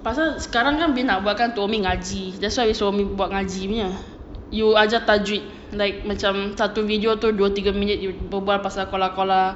pasal sekarang kan umi nak buat kan untuk umi ngaji that's why suruh umi buat ngaji punya you ajar tajwid like macam satu video tu dua tiga minute you berbual pasal qalqalah